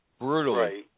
brutally